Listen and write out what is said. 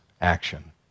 action